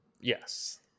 Yes